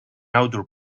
outdoor